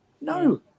No